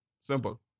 Simple